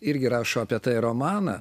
irgi rašo apie tai romaną